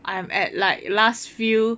I am at like last few